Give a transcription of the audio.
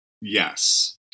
Yes